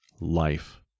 life